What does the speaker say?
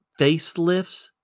facelifts